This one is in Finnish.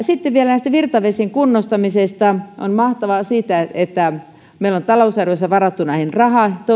sitten vielä virtavesien kunnostamisesta on mahtavaa että meillä on talousarviossa varattu näihin rahaa toivottavasti